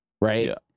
right